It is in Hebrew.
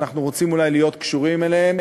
ואנחנו רוצים אולי להיות קשורים אליהם,